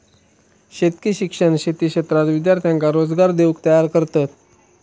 शेतकी शिक्षण शेती क्षेत्रात विद्यार्थ्यांका रोजगार देऊक तयार करतत